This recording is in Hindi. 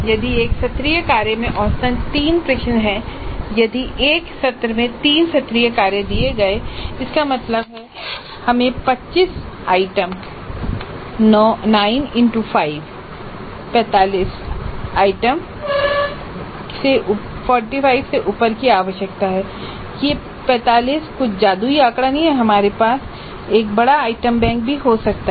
यदि एक सत्रीय कार्य में औसतन तीन प्रश्न हैं और यदि एक सत्र में तीन सत्रीय कार्य दिए गए हैं इसका मतलब है हमें 45 आइटम 9 आइटम x 5 गुना 45 आइटम या 45 से ऊपर की आवश्यकता है यह 45 कुछ जादुई आंकड़ा नहीं है हमारे पास एक बड़ा आइटम बैंक भी हो सकता है